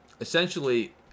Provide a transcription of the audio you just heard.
Essentially